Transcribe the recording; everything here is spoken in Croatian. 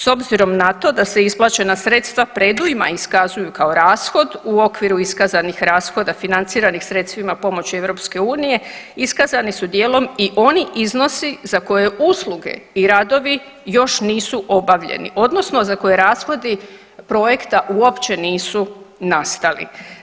S obzirom na to da se isplaćena sredstva predujma iskazuju kao rashod u okviru iskazanih rashoda financiranih sredstvima pomoći EU-a, iskazani su dijelom i oni iznosi za koje usluge i radovi još nisu obavljeni odnosno za koje rashodi projekta uopće nisu nastali.